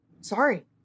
sorry